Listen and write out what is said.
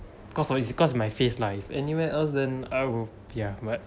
cause of it because it was my face lah if anywhere else then I will ya but